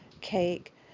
cake